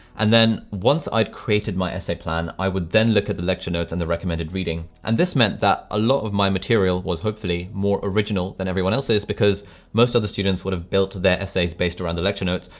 and then, once i'd created my essay plan i would then look at the lecture notes and the recommended reading and this meant that a lot of my material was hopefully more original than everyone else's because most of the students would have built their essays based around the lecture notes.